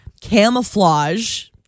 camouflage